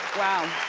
wow.